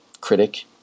critic